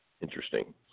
interesting